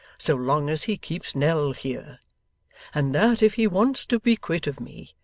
so long as he keeps nell here and that if he wants to be quit of me,